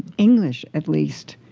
english, at least,